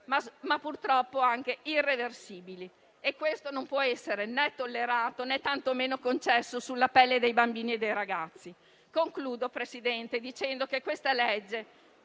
ma purtroppo anche irreversibili. Questo non può essere né tollerato né tantomeno permesso sulla pelle dei bambini e dei ragazzi. Signor Presidente, questa legge,